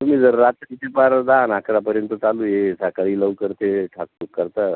तुम्ही जर रात्रीचे पार दहा न अकरापर्यंत चालू आहे सकाळी लवकर ते ठाकटूक करता